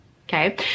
okay